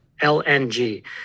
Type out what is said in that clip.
LNG